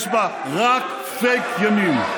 יש בה רק פייק ימין.